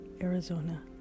Arizona